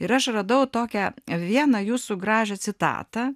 ir aš radau tokią vieną jūsų gražią citatą